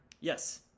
Yes